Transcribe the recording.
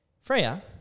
Freya